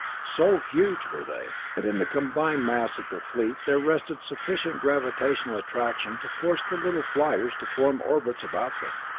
so huge were they, that in the combined mass of the fleet there rested sufficient gravitational attraction to force the little fliers to form orbits about them.